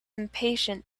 impatient